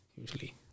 usually